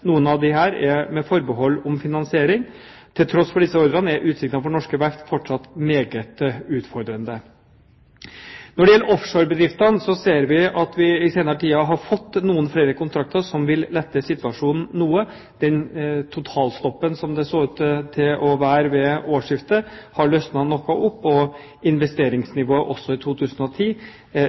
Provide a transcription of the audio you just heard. noen av disse er med forbehold om finansiering. Til tross for disse ordrene er utsiktene for norske verft fortsatt meget utfordrende. Når det gjelder offshorebedriftene, ser vi at vi i den senere tid har fått noen flere kontrakter som vil lette situasjonen noe. Den totalstoppen som det så ut til å være ved årsskiftet, har løsnet noe opp, og investeringsnivået også i 2010